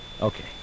okay